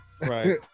Right